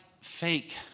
fake